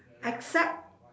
except